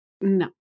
No